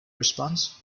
response